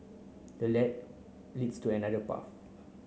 the lad leads to another path